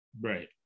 Right